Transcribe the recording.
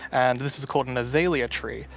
and this is called an azalea tree.